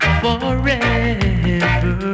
forever